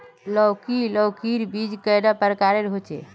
लौकी लौकीर बीज कैडा प्रकारेर होचे?